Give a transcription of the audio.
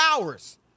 hours